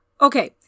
Okay